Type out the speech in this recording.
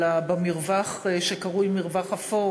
אלא במרווח שקרוי מרווח אפור